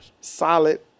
Solid